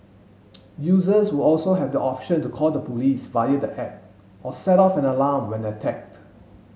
users will also have the option to call the police via the app or set off an alarm when attacked